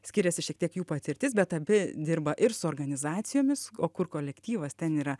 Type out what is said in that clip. skiriasi šiek tiek jų patirtis bet abi dirba ir su organizacijomis o kur kolektyvas ten yra